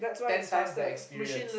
ten times the experience